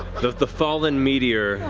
the fallen meteor,